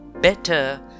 better